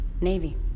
Navy